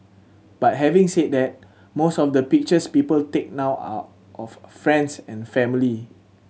but having said that most of the pictures people take now are of friends and family